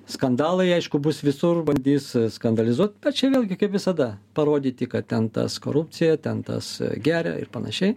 skandalai aišku bus visur bandys skandalizuot bet čia vėlgi kaip visada parodyti kad ten tas korupcija ten tas geria ir panašiai